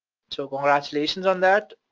so congratulations on that.